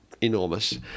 enormous